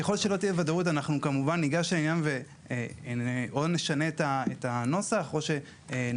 ככל שלא תהיה ודאות כמובן שניגש לעניין ונשנה את הנוסח או שנסביר,